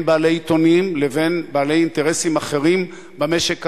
בעלי עיתונים לבין בעלי אינטרסים אחרים במשק הישראלי.